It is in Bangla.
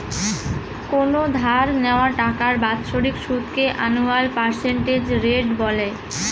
কোনো ধার নেওয়া টাকার বাৎসরিক সুদকে আনুয়াল পার্সেন্টেজ রেট বলে